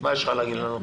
מה יש לך להגיד לנו?